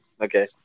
Okay